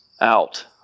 Out